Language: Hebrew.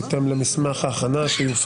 בית משפט בהולנד לבטל חוק או להכריז עליו שהוא לא